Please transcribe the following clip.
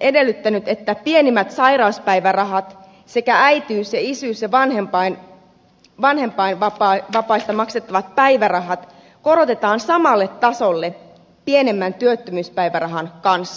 edellyttänyt että pienimmät sairauspäivärahat sekä äitiys isyys ja vanhempainvapaista maksettavat päivärahat korotetaan samalle tasolle pienimmän työttömyyspäivärahan kanssa